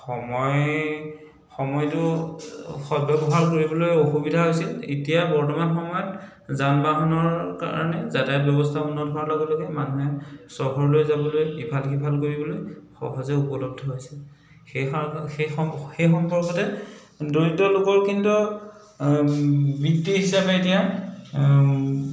সময় সময়টো সদ ব্যৱহাৰ কৰিবলৈ অসুবিধা হৈছিল এতিয়া বৰ্তমান সময়ত যান বাহনৰ কাৰণে যাতায়ত ব্যৱস্থা উন্নত হোৱাৰ লগে লগে মানুহে চহৰলৈ যাবলৈ ইফাল সিফাল কৰিবলৈ সহজে উপলব্ধ হৈছে সেইষাৰ সেই সেই সম্পৰ্কতে দৰিদ্ৰ লোকৰ কিন্তু বৃত্তি হিচাপে এতিয়া